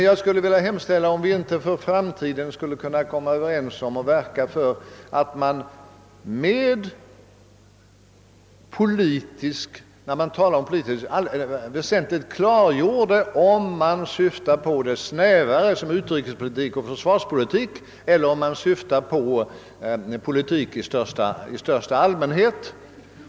Jag undrar om vi inte för att undgå vidare missförstånd skulle kunna komma överens om att för framtiden verka för att man, när man talar om något politiskt, klargör om man syftar på det snävare begreppet, som utrikespolitik och försvarspolitik, eller om man avser politik i största allmänhet.